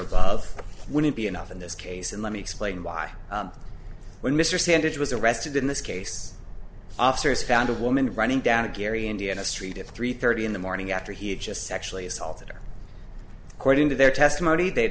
above wouldn't be enough in this case and let me explain why when mr sandridge was arrested in this case officers found a woman running down to gary indiana st if three thirty in the morning after he had just sexually assaulted her according to their testimony they